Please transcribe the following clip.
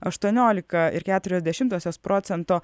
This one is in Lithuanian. aštuoniolika ir keturios dešimtosios procento